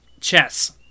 chess